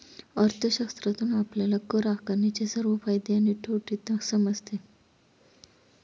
अर्थशास्त्रातून आपल्याला कर आकारणीचे सर्व फायदे आणि तोटे समजतील